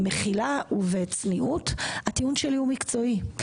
במחילה ובצניעות, הטיעון שלי הוא מקצועי.